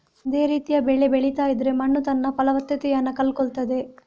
ಒಂದೇ ರೀತಿಯ ಬೆಳೆ ಬೆಳೀತಾ ಇದ್ರೆ ಮಣ್ಣು ತನ್ನ ಫಲವತ್ತತೆಯನ್ನ ಕಳ್ಕೊಳ್ತದೆ